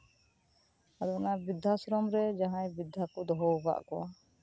ᱟᱫᱚ ᱚᱱᱟ ᱵᱨᱤᱫᱽᱫᱷᱟᱥᱨᱚᱢ ᱨᱮ ᱡᱟᱦᱟᱸ ᱵᱨᱤᱫᱽᱫᱷᱟ ᱠᱚ ᱫᱚᱦᱚ ᱟᱠᱟᱜ ᱠᱚᱣᱟ